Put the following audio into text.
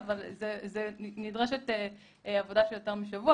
מספיקה הפרשנות הזאת בשביל להגן